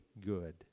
good